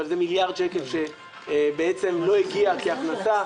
אבל זה מיליארד שקל שבעצם לא הגיע כהכנסה.